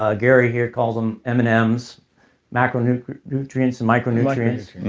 ah gary here calls them m and m's micronutrients and micronutrients